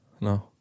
No